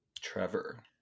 Trevor